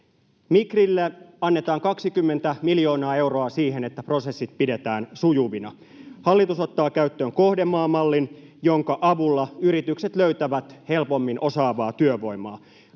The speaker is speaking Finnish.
Migrille annetaan 20 miljoonaa euroa siihen, että prosessit pidetään sujuvina. Hallitus ottaa käyttöön kohdemaamallin, jonka avulla yritykset löytävät helpommin osaavaa työvoimaa.